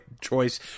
choice